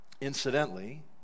incidentally